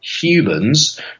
humans